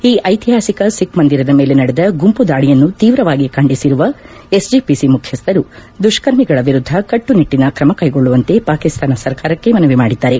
ಈ ಐತಿಹಾಸಿಕ ಸಿಖ್ ಮಂದಿರದ ಮೇಲೆ ನಡೆದ ಗುಂಪು ದಾಳಿಯನ್ನು ತೀವ್ರವಾಗಿ ಖಂಡಿಸಿರುವ ಎಸ್ಜಿಪಿಸಿ ಮುಖ್ಯಸ್ದರು ದುಷ್ಕರ್ಮಿಗಳ ವಿರುದ್ದ ಕಟ್ಸುನಿಟ್ಟಿನ ಕ್ರಮ ಕೈಗೊಳ್ಳುವಂತೆ ಪಾಕಿಸ್ತಾನ ಸರ್ಕಾರಕ್ಕೆ ಮನವಿ ಮಾಡಿದ್ದಾರೆ